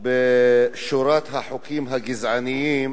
בשורת החוקים הגזעניים